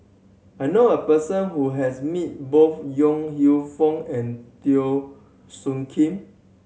I know a person who has meet both Yong Lew Foong and Teo Soon Kim